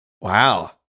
Wow